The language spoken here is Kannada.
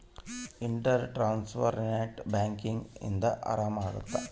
ಇಂಟರ್ ಟ್ರಾನ್ಸ್ಫರ್ ನೆಟ್ ಬ್ಯಾಂಕಿಂಗ್ ಇಂದ ಆರಾಮ ಅಗುತ್ತ